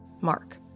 Mark